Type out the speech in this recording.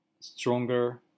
stronger